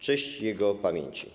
Cześć jego pamięci.